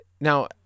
Now